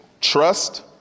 Trust